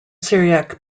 syriac